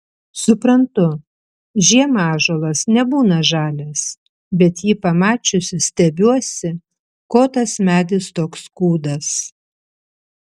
suprantu žiemą ąžuolas nebūna žalias bet jį pamačiusi stebiuosi ko tas medis toks kūdas